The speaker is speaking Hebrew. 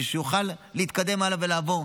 בשביל שהוא יוכל להתקדם הלאה ולעבור.